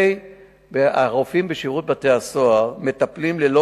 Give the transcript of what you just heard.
הרופאים בשירות בתי-הסוהר מטפלים ללא